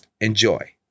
enjoy